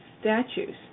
statues